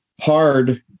hard